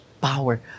power